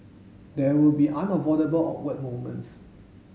there will be unavoidable awkward moments